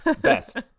Best